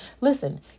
listen